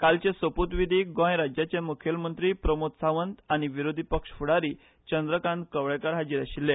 आयचे सोपूतवीधीक गोंय राज्याचे मुखेलमंत्री प्रमोद सावंत आनी विरोधी पक्ष फूडारी चंद्रकांत कवळेकार हाजीर आशील्ले